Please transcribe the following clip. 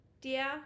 dear